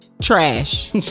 trash